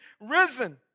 risen